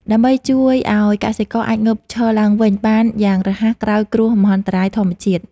ដើម្បីជួយឱ្យកសិករអាចងើបឈរឡើងវិញបានយ៉ាងរហ័សក្រោយគ្រោះមហន្តរាយធម្មជាតិ។